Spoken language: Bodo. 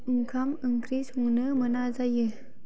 ओंखाम ओंख्रि संनो मोना जायो